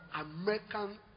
American